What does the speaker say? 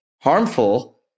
harmful